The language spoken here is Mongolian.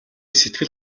сэтгэл